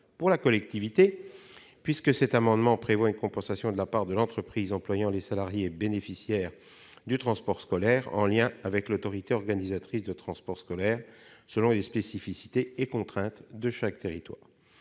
pour la collectivité. En effet, cet amendement prévoit une compensation de la part de l'entreprise employant les salariés bénéficiaires du transport scolaire en lien avec l'autorité organisatrice de transport scolaire, selon les spécificités et contraintes de chaque territoire.